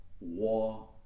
war